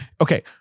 okay